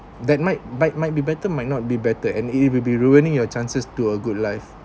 that might but might be better might not be better and it will be ruining your chances to a good life